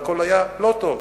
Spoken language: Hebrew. והכול היה לא טוב.